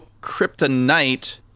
kryptonite